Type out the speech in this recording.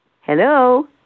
Hello